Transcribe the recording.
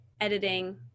editing